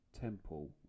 temple